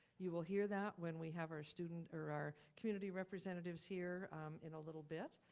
you will hear that when we have our student or our community representatives here in a little bit.